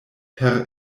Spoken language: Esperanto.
per